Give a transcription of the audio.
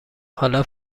حالا